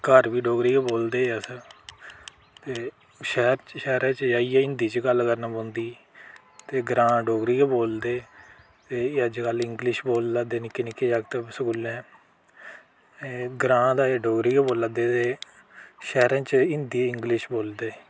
घर बी डोगरी गै बोलदे अस ते शैह्र च शैह्रै च जाइयै हिंदी च गल्ल करना पौंदी ते ग्रांऽ डोगरी गै बोलदे ते अज्जकल इंग्लिश बोलै दे निक्के निक्के जागत स्कूलें एह् ग्रांऽ ते अजें डोगरी गै बोलै दे ते शैह्रें च हिंदी इंग्लिश बोलदे